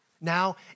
Now